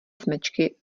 smečky